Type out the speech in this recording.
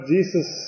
Jesus